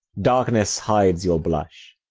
darkness hides your blush.